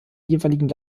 jeweiligen